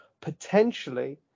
potentially